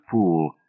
pool